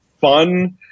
fun –